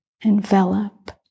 envelop